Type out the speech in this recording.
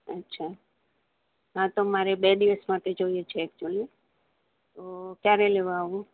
અચ્છા હા તો મારે બે દિવસ માટે જોઈએ છે એકચયુલી તો કયારે લેવા આવું